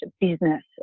business